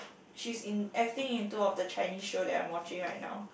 she's in acting in two of the Chinese show that I'm watching right now